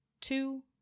Two